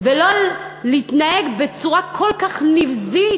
ולא להתנהג בצורה כל כך נבזית.